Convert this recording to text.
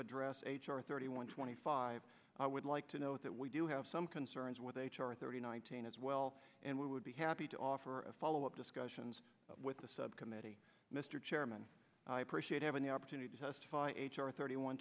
address h r thirty one twenty five i would like to note that we do have some concerns with h r thirty nineteen as well and we would be happy to offer a follow up discussions with the subcommittee mr chairman i appreciate having the opportunity to testify h r thirty one